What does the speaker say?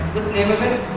name of it?